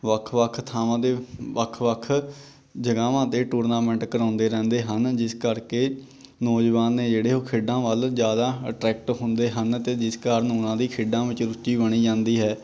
ਵੱਖ ਵੱਖ ਥਾਵਾਂ ਦੇ ਵੱਖ ਵੱਖ ਜਗ੍ਹਾਵਾਂ 'ਤੇ ਟੂਰਨਾਮੈਂਟ ਕਰਵਾਉਂਦੇ ਰਹਿੰਦੇ ਹਨ ਜਿਸ ਕਰਕੇ ਨੌਜਵਾਨ ਨੇ ਜਿਹੜੇ ਉਹ ਖੇਡਾਂ ਵੱਲ ਜ਼ਿਆਦਾ ਅਟਰੈਕਟ ਹੁੰਦੇ ਹਨ ਅਤੇ ਜਿਸ ਕਾਰਨ ਉਹਨਾਂ ਦੀ ਖੇਡਾਂ ਵਿੱਚ ਰੁਚੀ ਬਣੀ ਜਾਂਦੀ ਹੈ